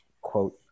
quote